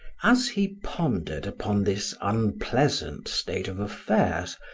as he pondered upon this unpleasant state of affairs,